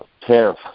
tariff